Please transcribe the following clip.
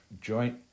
joint